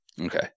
Okay